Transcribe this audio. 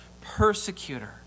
persecutor